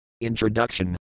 Introduction